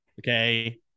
Okay